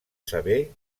saber